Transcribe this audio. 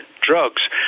drugs